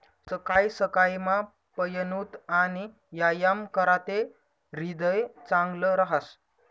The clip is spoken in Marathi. सकाय सकायमा पयनूत आणि यायाम कराते ह्रीदय चांगलं रहास